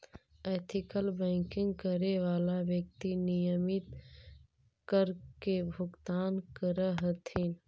ethical banking करे वाला व्यक्ति नियमित कर के भुगतान करऽ हथिन